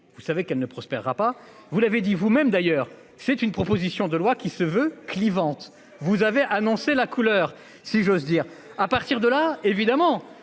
Vous savez qu'elle ne prospère rapa vous l'avez dit vous-même d'ailleurs, c'est une proposition de loi qui se veut clivante. Vous avez annoncé la couleur, si j'ose dire, à partir de là évidemment